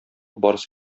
барс